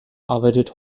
arbeitet